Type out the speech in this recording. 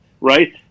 right